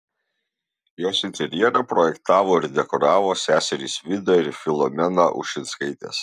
jos interjerą projektavo ir dekoravo seserys vida ir filomena ušinskaitės